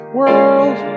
world